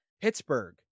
Pittsburgh